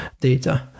data